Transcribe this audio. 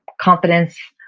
competence,